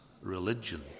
religion